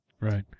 right